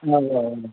औ औ